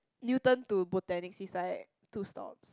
Newton to Botanics is like two stops